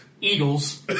Eagles